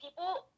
People